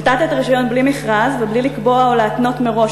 נתת את הרישיון בלי מכרז ובלי לקבוע או להתנות מראש